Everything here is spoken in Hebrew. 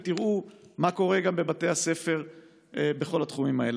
ותראו מה קורה גם בבתי הספר בכל התחומים האלה.